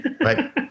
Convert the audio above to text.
right